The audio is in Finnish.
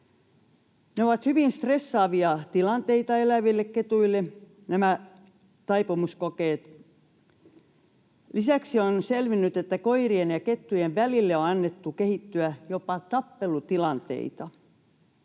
ovat hyvin stressaavia tilanteita eläville ketuille. Lisäksi on selvinnyt, että koirien ja kettujen välille on annettu kehittyä jopa tappelutilanteita,